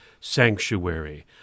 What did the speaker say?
Sanctuary